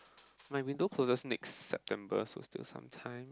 my window closure next September was still some time